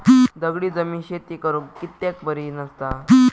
दगडी जमीन शेती करुक कित्याक बरी नसता?